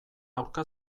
aurka